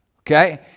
okay